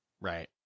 Right